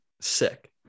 sick